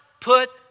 put